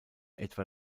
etwa